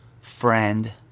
friend